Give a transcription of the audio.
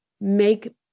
make